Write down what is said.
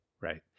Right